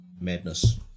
Madness